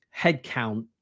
headcount